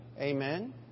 Amen